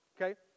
okay